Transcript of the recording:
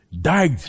died